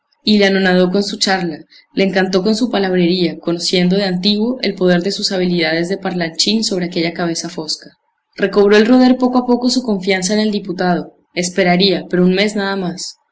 y le anonadó con su charla le encantó con su palabrería conociendo de antiguo el poder de sus habilidades de parlanchín sobre aquella cabeza fosca recobró el roder poco a poco su confianza en el diputado esperaría pero un mes nada más